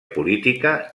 política